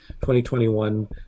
2021